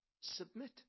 Submit